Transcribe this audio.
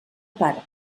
pare